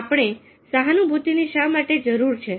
આપણે સહાનુભૂતિની શા માટે જરૂર છે